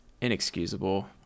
inexcusable